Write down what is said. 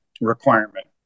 requirement